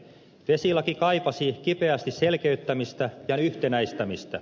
vesilaki kaipasi kipeästi selkeyttämistä ja yhtenäistämistä